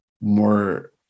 more